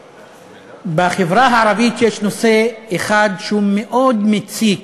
בחברה הערבית יש נושא אחד שהוא מאוד מציק